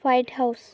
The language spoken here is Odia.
white house